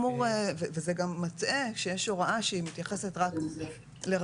וזה גם מטעה שיש הוראה שהיא מתייחסת רק לרשויות